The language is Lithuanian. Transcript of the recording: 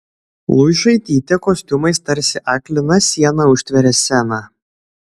luišaitytė kostiumais tarsi aklina siena užtveria sceną